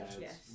Yes